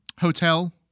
hotel